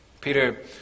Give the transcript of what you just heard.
Peter